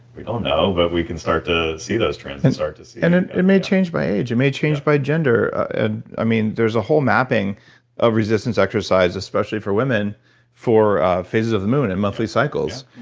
we don't know but we can start to see those trends and start to see yeah and and it may change my age it may change my gender. and i mean there is a whole mapping of resistance exercise especially for women for phases of the moon and monthly cycles.